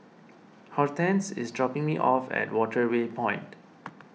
Hortense is dropping me off at Waterway Point